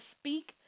speak